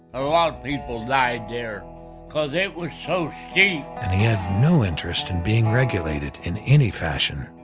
a lot of people died there, cause it was so steep. and he had no interest in being regulated, in any fashion.